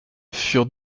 furent